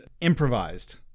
improvised